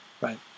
right